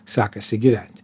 sekasi gyventi